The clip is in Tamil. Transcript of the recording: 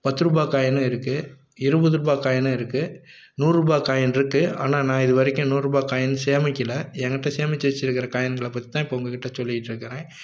பத்துரூபா காயினும் இருக்குது இருபதுரூபா காயினும் இருக்குது நூறுரூபா காயின் இருக்குது ஆனால் நான் இதுவரைக்கும் நூறுரூபா காயின் சேமிக்கலை எங்கிட்ட சேமித்து வச்சிருக்கிற காயின்களை பற்றிதான் இப்போ உங்கள்கிட்ட சொல்லிக்கிட்டுருக்கிறேன்